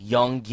Young